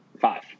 Five